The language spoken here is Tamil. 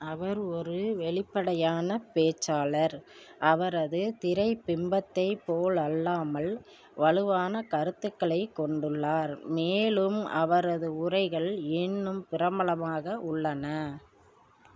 அவர் ஒரு வெளிப்படையான பேச்சாளர் அவரது திரை பிம்பத்தைப் போல் அல்லாமல் வலுவான கருத்துக்களைக் கொண்டுள்ளார் மேலும் அவரது உரைகள் இன்னும் பிரமலமாக உள்ளன